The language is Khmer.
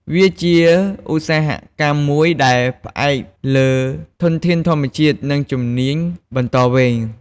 វាជាឧស្សាហកម្មមួយដែលផ្អែកលើធនធានធម្មជាតិ និងជំនាញបន្តវេន។